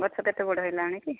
ଗଛ କେତେ ବଡ଼ ହେଲାଣି କି